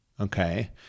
okay